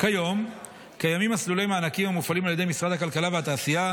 כיום קיימים מסלולי מענקים המופעלים על ידי משרד הכלכלה והתעשייה